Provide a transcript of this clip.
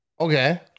Okay